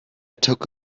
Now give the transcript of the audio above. took